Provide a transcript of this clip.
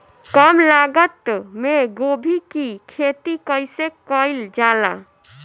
कम लागत मे गोभी की खेती कइसे कइल जाला?